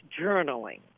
journaling